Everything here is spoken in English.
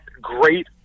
great